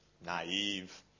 naive